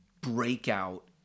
breakout